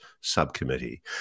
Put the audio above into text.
Subcommittee